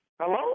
Hello